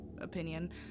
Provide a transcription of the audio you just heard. opinion